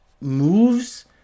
moves